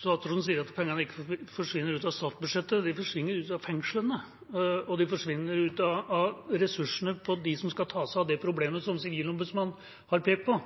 statsråden sier at pengene ikke forsvinner ut av statsbudsjettet: De forsvinner ut av fengslene, og de forsvinner ut av ressursene til dem skal ta seg av det problemet som Sivilombudsmannen har pekt på.